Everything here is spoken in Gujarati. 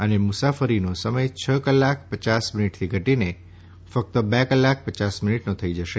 અને મુસાફરીનો સમય છ કલાક પચાસ મિનિટથી ઘટીને ફક્ત બે કલાક પચાસ મિનિટનો થઈ જશે